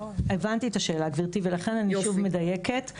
הבנתי את השאלה גבירתי ולכן אני שוב מדייקת.